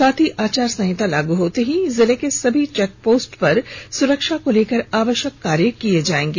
साथ हीं आचार संहिता लागू होते ही जिले के सभी चेकपोस्टों पर सुरक्षा को लेकर आवश्यक कार्य किये जायेंगे